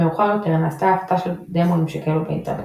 מאוחר יותר נעשתה ההפצה של דמואים שכאלו באינטרנט.